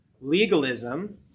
legalism